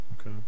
Okay